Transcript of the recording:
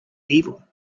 evil